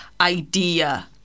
idea